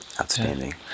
Outstanding